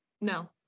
No